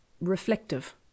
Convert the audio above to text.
reflective